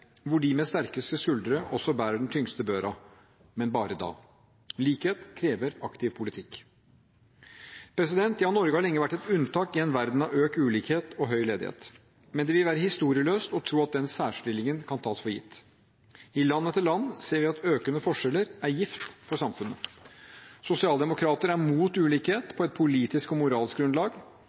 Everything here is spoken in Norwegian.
hvor de med sterkest skuldre også bærer den tyngste børa – men bare da. Likhet krever aktiv politikk. Norge har lenge vært et unntak i en verden av økt ulikhet og høy ledighet, men det vil være historieløst å tro at den særstillingen kan tas for gitt. I land etter land ser vi at økende forskjeller er gift for samfunnet. Sosialdemokrater er mot ulikhet på et politisk og moralsk grunnlag,